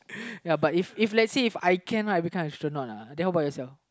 but if let's say If I can right become astronaut uh how about yourself